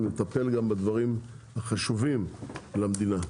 ומטפל בדברים החשובים למדינה.